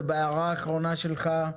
וההערה האחרונה שלך,